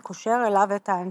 הקושר אליו את האנטיגן.